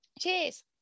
Cheers